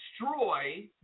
destroy